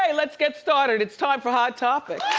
and let's get started. it's time for hot topics.